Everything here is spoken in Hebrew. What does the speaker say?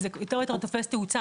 וזה יורת ויותר תופס תאוצה,